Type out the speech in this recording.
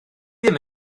ddim